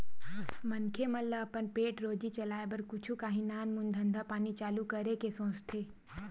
मनखे मन ल अपन पेट रोजी चलाय बर कुछु काही नानमून धंधा पानी चालू करे के सोचथे